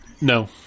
No